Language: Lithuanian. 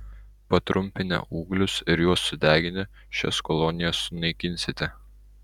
patrumpinę ūglius ir juos sudeginę šias kolonijas sunaikinsite